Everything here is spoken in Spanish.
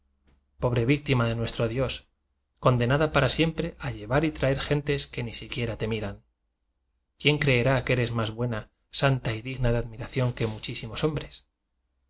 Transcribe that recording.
bre víctima de nuestro dios condenada para siempre a llevar y traer gentes que ni siquiera te miran quién creerá que eres más buena santa y digna de admiración que muchísimos hombres